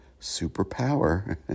superpower